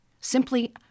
simply